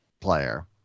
player